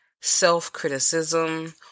self-criticism